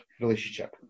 relationship